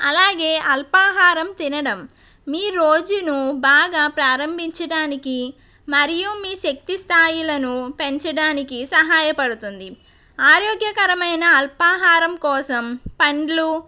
అలాగే అల్పాహారం తినడం మీ రోజును బాగా ప్రారంభించటానికి మరియు మీ శక్తి స్థాయిలను పెంచడానికి సహాయపడుతుంది ఆరోగ్యకరమైన అల్పాహారం కోసం పండ్లు